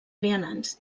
vianants